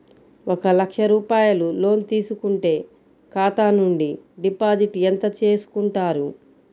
ఒక లక్ష రూపాయలు లోన్ తీసుకుంటే ఖాతా నుండి డిపాజిట్ ఎంత చేసుకుంటారు?